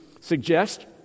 suggest